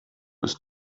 ist